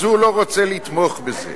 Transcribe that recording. אז הוא לא רוצה לתמוך בזה.